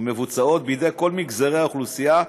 ומבוצעות בידי כל מגזרי האוכלוסייה,